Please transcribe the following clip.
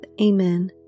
Amen